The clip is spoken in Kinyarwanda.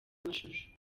amashusho